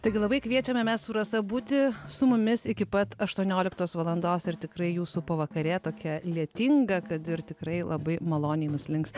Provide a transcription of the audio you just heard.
taigi labai kviečiame mes su rasa būti su mumis iki pat aštuonioliktos valandos ir tikrai jūsų pavakarė tokia lietinga kad ir tikrai labai maloniai nuslinks